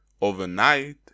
overnight